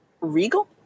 regal